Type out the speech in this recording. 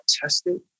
tested